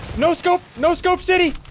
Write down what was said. no scope no scope city